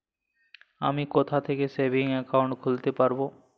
আমি কোথায় থেকে সেভিংস একাউন্ট খুলতে পারবো?